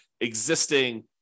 existing